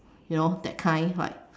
you know that kind like